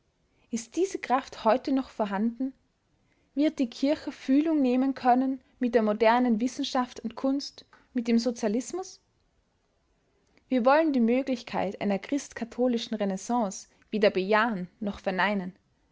ist diese kraft heute noch vorhanden wird die kirche fühlung nehmen können mit der modernen wissenschaft und kunst mit dem sozialismus wir wollen die möglichkeit einer christkatholischen renaissance weder bejahen noch verneinen